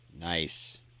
Nice